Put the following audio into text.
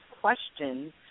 Questions